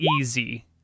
easy